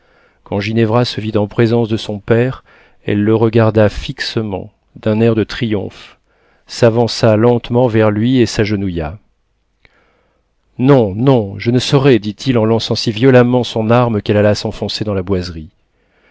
quand ginevra se vit en présence de son père elle le regarda fixement d'un air de triomphe s'avança lentement vers lui et s'agenouilla non non je ne saurais dit-il en lançant si violemment son arme qu'elle alla s'enfoncer dans la boiserie